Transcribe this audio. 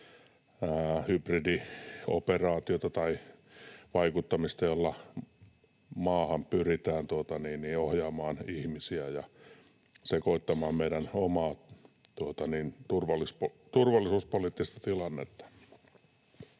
hybridioperaatiota tai ‑vaikuttamista, jolla maahan pyritään ohjaamaan ihmisiä ja sekoittamaan meidän omaa turvallisuuspoliittista tilannettamme.